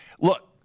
Look